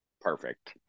Perfect